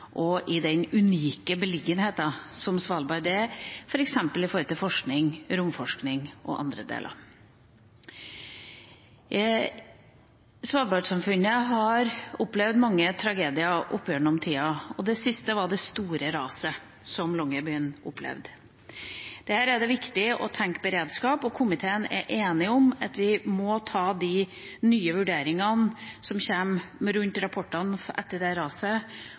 og i den unike beliggenheten som Svalbard har f.eks. i forhold til forskning, romforskning og andre deler. Svalbard-samfunnet har opplevd mange tragedier opp gjennom tidene, og det siste var det store raset som Longyearbyen opplevde. Her er det viktig å tenke beredskap, og komiteen er enig om at vi må behandle de nye vurderingene som kommer rundt rapportene etter